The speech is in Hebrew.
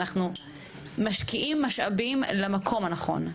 אנחנו משקיעים את המשאבים במקום הנכון.